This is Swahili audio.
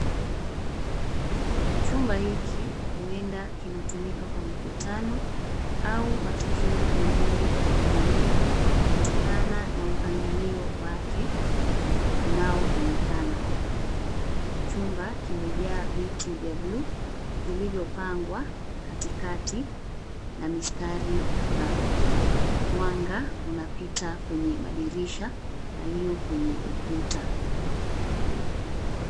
Chumba hiki, huenda kinatumika kwa mikutano, au matukio mengine ya kijamii, kutokana na mpangilio wake, unaoonekana, chumba kimejaa viti vya bluu, vilivyopangwa, katikati, na mistari kadhaa, mwanga unapita kwenye madirisha, yaliyo kwenye ukuta.